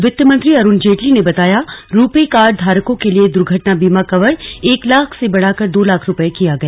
वित्त मंत्री अरुण जेटली ने बताया रू पे कार्ड धारकों के लिए दुर्घटना बीमा कवर एक लाख से बढ़ाकर दो लाख रुपये किया गया